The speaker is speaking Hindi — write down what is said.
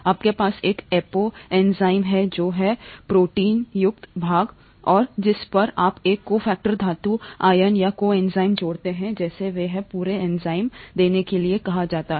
आपके पास एक एपो एंजाइम है जो है प्रोटीनयुक्त भाग और जिस पर आप एक कोफ़ेक्टर धातु आयन या कोएंजाइम जोड़ते हैं जैसे वे हैं पूरे एंजाइम देने के लिए कहा जाता है